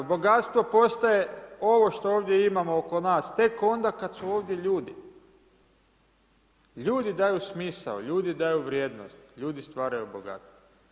Bogatstvo postaje ovo što ovdje imamo oko nas, tek onda kada su ovdje ljudi, ljudi daju smisao, ljudi daju vrijednost, ljudi stvaraju bogatstvo.